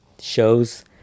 shows